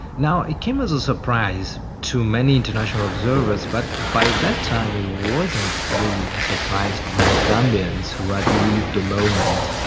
now, it came as a surprise to many international observers but by that time it wasn't really a surprise to many gambians who had lived the moment.